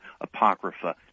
apocrypha